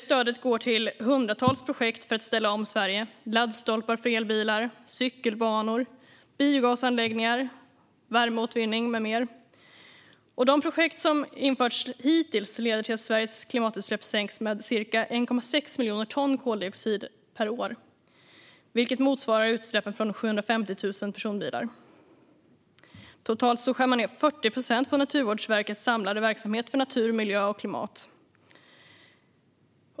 Stödet går till hundratals projekt för att ställa om Sverige: laddstolpar för elbilar, cykelbanor, biogasanläggningar, värmeåtervinning med mera. De projekt som har införts hittills leder till att Sveriges klimatutsläpp sänks med ca 1,6 miljoner ton koldioxid per år. Det motsvarar utsläpp från 750 000 personbilar. Totalt skär man ned med 40 procent på Naturvårdsverkets samlade verksamhet för natur, miljö och klimat.